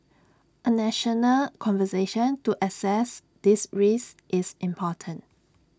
A national conversation to assess these risks is important